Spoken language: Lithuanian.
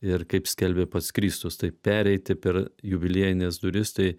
ir kaip skelbė pats kristus tai pereiti per jubiliejines duris tai